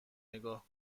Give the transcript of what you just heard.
نگاه